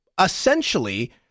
essentially